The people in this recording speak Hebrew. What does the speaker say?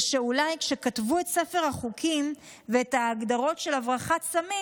ושאולי כשכתבו את ספר החוקים ואת ההגדרות של הברחת סמים